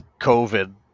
COVID